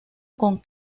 con